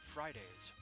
Fridays